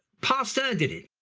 pasteur did it.